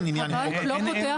הבנק לא פותח,